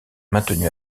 maintenu